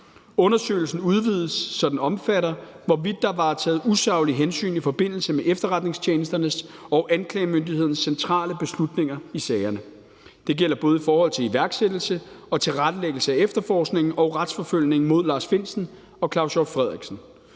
Undersøgelsen udvides, så den omfatter, hvorvidt der var taget usaglige hensyn i forbindelse med efterretningstjenesternes og anklagemyndighedens centrale beslutninger i sagerne. Det gælder både i forhold til iværksættelse og tilrettelæggelse af efterforskningen og retsforfølgningen af Lars Findsen og Claus Hjort Frederiksen,